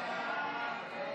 ההצעה להעביר